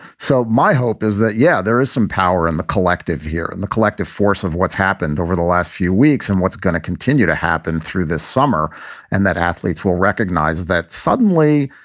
so my hope is that, yeah, there is some power in the collective here and the collective force of what's happened over the last few weeks and what's going to continue to happen through this summer and that athletes will recognize that suddenly,